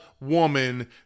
woman